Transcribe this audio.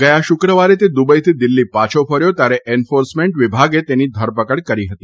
ગયા શુક્રવારે તે દુબઇથી દિલ્હી પાછો ફર્યો ત્યારે એન્ફોર્સમેન્ટ વિભાગે તેની ધરપકડ કરી હતી